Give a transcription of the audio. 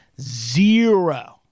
zero